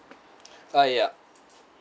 uh ya